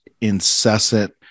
incessant